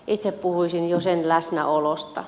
itse puhuisin jo sen läsnäolosta